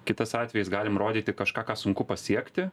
kitas atvejis galim rodyti kažką ką sunku pasiekti